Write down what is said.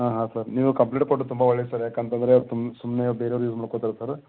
ಹಾಂ ಹಾಂ ಸರ್ ನೀವು ಕಂಪ್ಲೇಂಟ್ ಕೊಟ್ಟದ್ದು ತುಂಬ ಒಳ್ಳೆಯದು ಸರ್ ಯಾಕಂತಂದರೆ ತುಮ್ ಸುಮ್ಮನೆ ಬೇರೆಯವ್ರು ಯೂಸ್ ಮಾಡ್ಕೋತಾರೆ ಸರ್